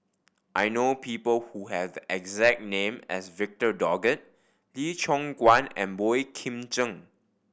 I know people who have the exact name as Victor Doggett Lee Choon Guan and Boey Kim Cheng